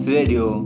Radio